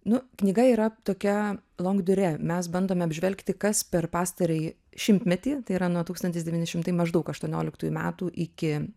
nu knyga yra tokia long diure mes bandome apžvelgti kas per pastarąjį šimtmetį tai yra nuo tūkstantis devyni šimtai maždaug aštuonioliktųjų metų iki